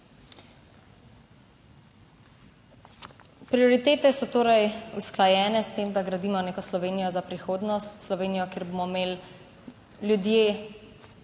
Prioritete so torej usklajene s tem, da gradimo neko Slovenijo za prihodnost, Slovenijo, kjer bomo imeli ljudje